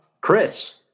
Chris